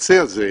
הנושא הזה,